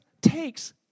takes